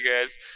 guys